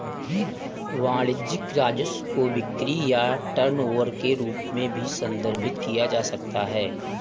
वाणिज्यिक राजस्व को बिक्री या टर्नओवर के रूप में भी संदर्भित किया जा सकता है